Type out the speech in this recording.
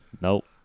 Nope